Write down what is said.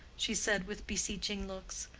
she said, with beseeching looks.